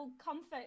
comfort